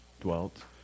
dwelt